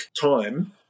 time